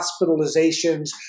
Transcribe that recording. hospitalizations